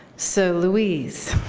so louise.